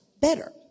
better